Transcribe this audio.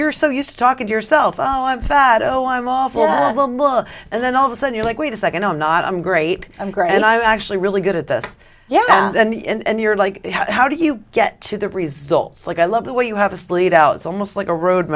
you're so used to talking to yourself oh i'm fado i'm off and then all of a sudden you're like wait a second i'm not i'm great i'm great and i actually really good at this yeah and you're like how do you get to the results like i love the way you have to sleep out it's almost like a road